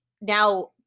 now